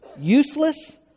useless